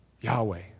Yahweh